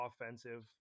offensive